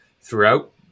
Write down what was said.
throughout